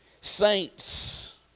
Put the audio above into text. Saints